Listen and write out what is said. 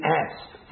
asked